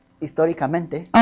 históricamente